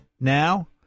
Now